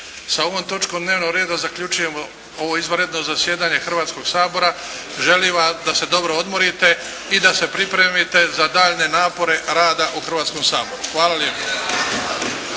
Sa ovom točkom dnevnog reda zaključujem ovo izvanredno zasjedanje Hrvatskoga sabora. Želim vam da se dobro odmorite i da se pripremite za daljnje napore rada u Hrvatskom saboru. Hvala vam lijepa.